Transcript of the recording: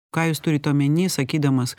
ką jūs turite omeny sakydamas